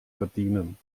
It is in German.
verdienen